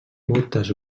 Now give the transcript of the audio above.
moltes